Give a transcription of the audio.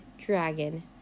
dragon